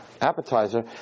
appetizer